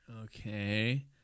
Okay